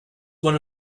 one